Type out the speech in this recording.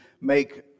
make